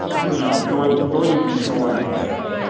you know dorothy dorothy would be snoring by then,